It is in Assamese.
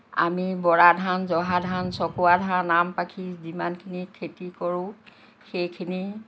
আমি বৰা ধান জহা ধান চকোৱা ধান আমপাখি যিমানখিনি খেতি কৰোঁ সেইখিনি